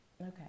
Okay